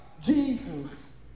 Jesus